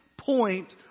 point